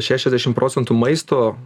šešiasdešimt procentų maisto